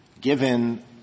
given